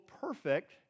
perfect